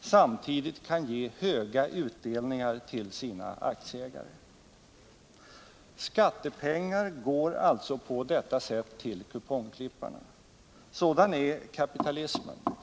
samtidigt kan ge höga utdelningar till sina aktieägare. Skattepengar går alltså på detta sätt till kupongklipparna. Sådan är kapitalismen.